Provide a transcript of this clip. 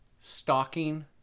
stalking